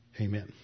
Amen